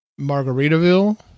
Margaritaville